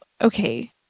okay